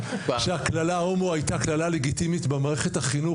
כשהקללה: "הומו" הייתה קללה לגיטימית במערכת החינוך,